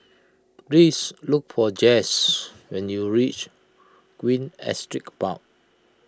please look for Jess when you reach Queen Astrid Park